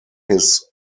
his